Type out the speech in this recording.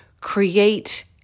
create